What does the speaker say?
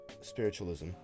spiritualism